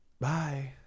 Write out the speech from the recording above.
Bye